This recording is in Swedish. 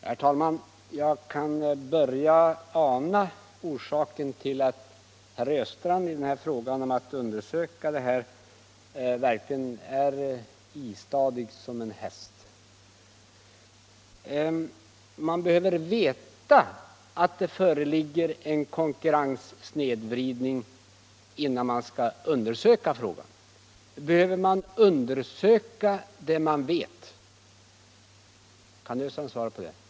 Herr talman! Jag börjar ana orsaken till att herr Östrand är istadig som en häst när det gäller frågan om en undersökning av konkurrensförhållandena. Man bör veta att det föreligger en konkurrenssnedvridning innan man undersöker frågan, menar herr Östrand. Behöver man undersöka det man vet? Kan herr Östrand svara mig på den frågan?